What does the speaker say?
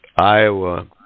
Iowa